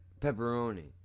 pepperoni